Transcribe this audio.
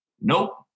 Nope